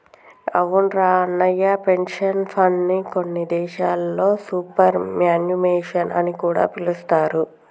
అవునురా అన్నయ్య పెన్షన్ ఫండ్ని కొన్ని దేశాల్లో సూపర్ యాన్యుమేషన్ అని కూడా పిలుస్తారు